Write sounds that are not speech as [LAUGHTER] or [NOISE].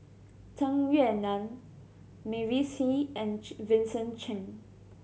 Tung Yue Nang Mavis Hee and [UNINTELLIGIBLE] Vincent Cheng